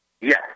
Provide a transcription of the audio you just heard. Yes